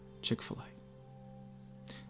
Chick-fil-A